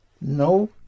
No